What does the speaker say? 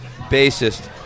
bassist